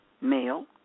male